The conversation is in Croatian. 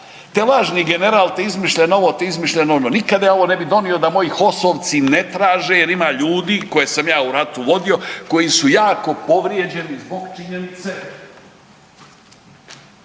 te lažni general, te izmišljeno ovo te izmišljeno ono, nikada je ovo ne bi donio da moji HOS-ovci ne traže jer ima ljudi koje sam ja u ratu vodio koji su jako povrijeđeni zbog činjenice,